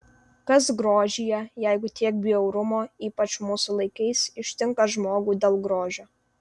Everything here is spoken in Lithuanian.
kas grožyje jeigu tiek bjaurumo ypač mūsų laikais ištinka žmogų dėl grožio